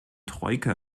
troika